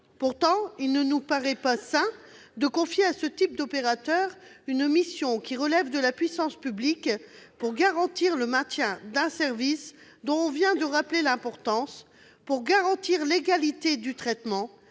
Pourtant, il ne nous paraît pas sain de confier à un opérateur privé une mission qui relève de la puissance publique, surtout lorsqu'il s'agit de garantir le maintien d'un service dont on vient de rappeler l'importance, de garantir l'égalité de traitement,